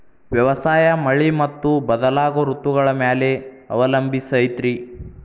ವ್ಯವಸಾಯ ಮಳಿ ಮತ್ತು ಬದಲಾಗೋ ಋತುಗಳ ಮ್ಯಾಲೆ ಅವಲಂಬಿಸೈತ್ರಿ